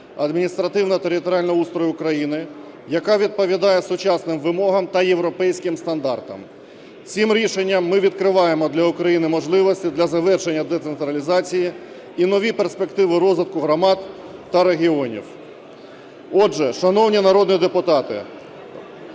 адміністративно-територіального устрою України, яка відповідає сучасним вимогам та європейським стандартам. Цим рішенням ми відкриваємо для України можливості для завершення децентралізації і нові перспективи розвитку громад та регіонів. Отже, шановні народні депутати,